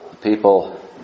People